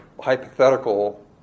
hypothetical